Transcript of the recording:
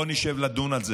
בוא נשב לדון על זה.